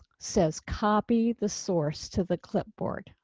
says, copy the source to the clipboard.